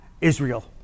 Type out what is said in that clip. Israel